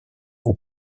aux